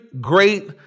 great